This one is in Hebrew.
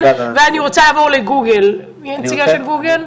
ואחר כך אני רוצה לעבור לנציגי גוגל.